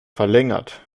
verlängert